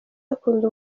akunda